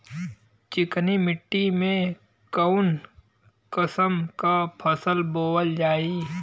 चिकनी मिट्टी में कऊन कसमक फसल बोवल जाई?